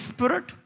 Spirit